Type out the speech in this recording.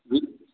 with